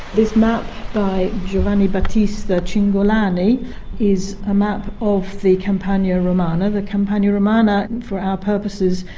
this map by giovanni battista cingolani is a map of the campagna romana. the campagna romana, for our purposes,